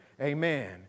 Amen